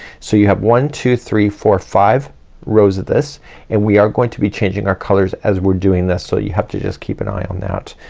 so you have one, two, three, four, five rows of this and we are going to be changing our colors as we're doing this so you have to just keep an eye on that.